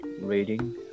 reading